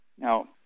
Now